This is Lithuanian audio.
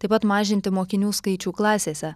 taip pat mažinti mokinių skaičių klasėse